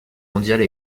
mondiale